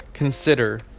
Consider